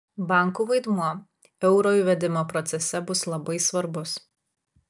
bankų vaidmuo euro įvedimo procese bus labai svarbus